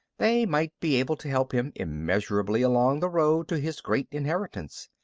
they might be able to help him immeasurably along the road to his great inheritance.